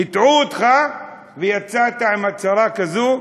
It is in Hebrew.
הטעו אותך ויצאת עם הצהרה כזאת,